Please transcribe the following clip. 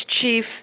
chief